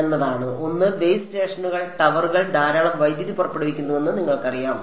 എന്നതാണ് ഒന്ന് ബേസ് സ്റ്റേഷനുകൾ ടവറുകൾ ധാരാളം വൈദ്യുതി പുറപ്പെടുവിക്കുന്നുവെന്ന് നിങ്ങൾക്കറിയാം